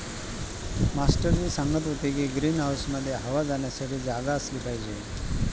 master ji सांगत होते की ग्रीन हाऊसमध्ये हवा जाण्यासाठी जागा असली पाहिजे